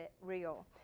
real